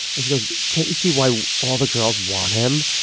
and she goes, can't you see why all the girls want him?